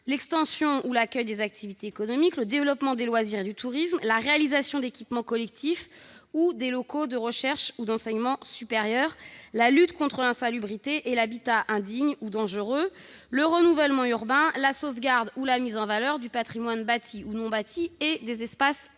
l'extension ou l'accueil des activités économiques, le développement des loisirs et du tourisme, la réalisation d'équipements collectifs ou des locaux de recherche ou d'enseignement supérieur, la lutte contre l'insalubrité et l'habitat indigne ou dangereux, le renouvellement urbain, enfin, la sauvegarde ou la mise en valeur du patrimoine bâti ou non bâti et des espaces naturels.